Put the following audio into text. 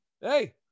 Hey